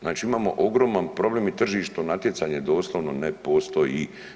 Znači imamo ogroman problem i tržišno natjecanje doslovno ne postoji.